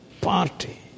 party